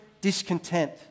discontent